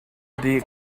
ydy